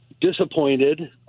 disappointed